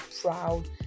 proud